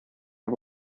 are